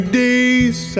days